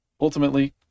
ultimately